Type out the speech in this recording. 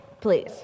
Please